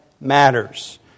matters